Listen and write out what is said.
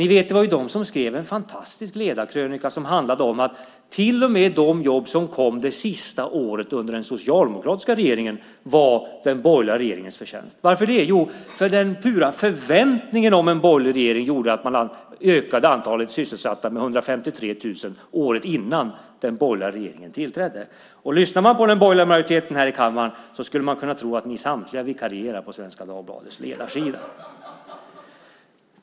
Det var de som skrev en fantastisk ledarkrönika som handlade om att till och med de jobb som kom det sista året under den socialdemokratiska regeringen var den borgerliga regeringens förtjänst. Varför det? Jo, för den pura förväntningen om en borgerlig regeringen gjorde att antalet sysselsatta ökade med 153 000 året innan den borgerliga regeringen tillträdde. Lyssnar man på den borgerliga majoriteten i kammaren skulle man tro att samtliga vikarierar på Svenska Dagbladets ledarsida.